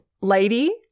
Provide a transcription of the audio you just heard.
lady